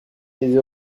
des